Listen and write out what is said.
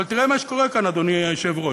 אבל תראה מה שקורה כאן, אדוני היושב-ראש.